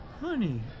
Honey